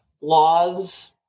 laws